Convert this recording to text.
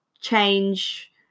change